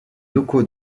locaux